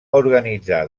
organitzar